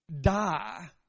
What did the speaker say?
die